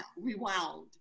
rewound